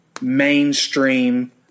mainstream